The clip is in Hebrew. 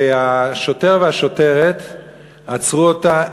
השוטר והשוטרת עצרו אותה,